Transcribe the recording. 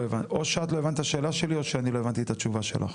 או שאת לא הבנת את השאלה שלי או שאני לא הבנתי את השאלה שלך.